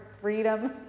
freedom